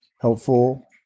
helpful